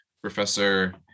Professor